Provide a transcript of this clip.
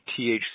THC